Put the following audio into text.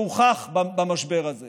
והוכח במשבר הזה